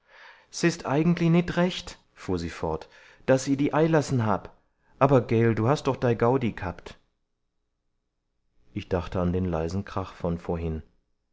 s is eigentli nit recht fuhr sie fort daß i di eilass'n hab aber gel du hast doch dei gaudi g'habt ich dachte an den leisen krach von vorhin